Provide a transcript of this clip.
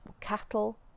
cattle